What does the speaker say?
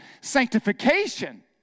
Sanctification